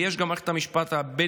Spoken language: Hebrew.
ויש גם מערכת משפט בין-לאומית,